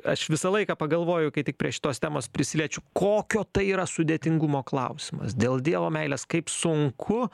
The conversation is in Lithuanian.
aš visą laiką pagalvoju kai tik prie šitos temos prisiliečiu kokio tai yra sudėtingumo klausimas dėl dievo meilės kaip sunku